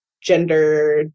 gender